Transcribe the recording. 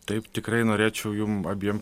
taip tikrai norėčiau jum abiem